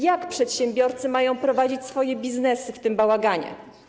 Jak przedsiębiorcy mają prowadzić swoje biznesy w tym bałaganie?